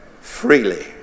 Freely